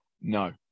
no